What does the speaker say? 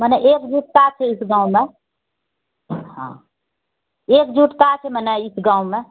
मने एकजुटता छै इस गाँवमे हँ एकजुटता छै मने इस गाँवमे